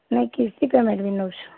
ନାଇଁ କିସ୍ତି ପେମେଣ୍ଟ୍ ବି ନଉଛୁଁ